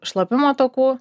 šlapimo takų